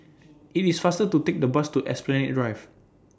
IT IS faster to Take The Bus to Esplanade Drive